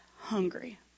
hungry